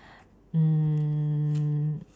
mm